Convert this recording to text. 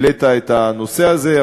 העלית את הנושא הזה.